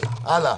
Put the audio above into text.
הלאה,